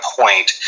point